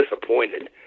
disappointed